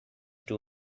too